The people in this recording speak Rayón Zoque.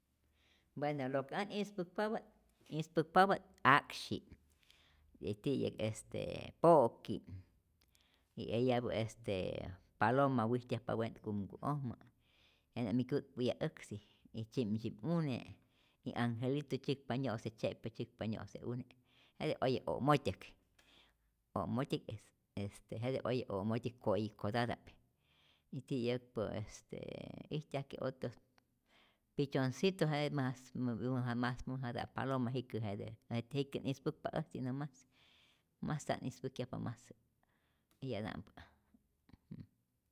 Bueno lo que ät ispäkpapä't ispäkpapä't a'ksyi, e ti'yäk estee po'ki, y eyapä estee paloma wijtyajpapä jenä kumku'ojmä, jennä mi kyu'tpä'yaj äksi y tzyi'mtzyip'une y angelitu tzyäkpa nyo'se tzye'pä tzyäkpa nyo'se'une jete oye o'motyäk o'motyäk este jete oye o'motyäk ko'yi'kotata'p y ti'yäkpä est ijtyajkë otros pichoncito jete mas uma mas mäjata'p paloma jikä jete jikä't ispäkpa äjtzi no mas mas nta'p ispäkyajpa mas eyata'mpä.